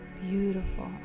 beautiful